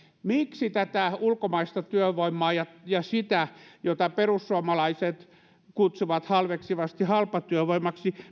miksi tätä ulkomaista työvoimaa ja ja sitä jota perussuomalaiset kutsuvat halveksivasti halpatyövoimaksi